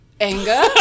anger